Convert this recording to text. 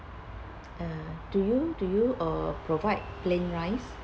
uh do you do you uh provide plain rice